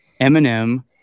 Eminem